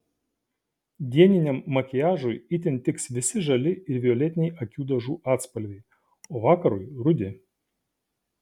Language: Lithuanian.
dieniniam makiažui itin tiks visi žali ir violetiniai akių dažų atspalviai o vakarui rudi